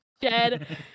Dead